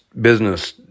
business